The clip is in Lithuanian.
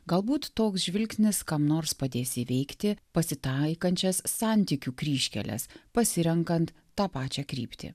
galbūt toks žvilgsnis kam nors padės įveikti pasitaikančias santykių kryžkeles pasirenkant tą pačią kryptį